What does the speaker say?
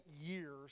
years